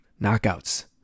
knockouts